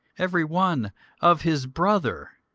every one of his brother.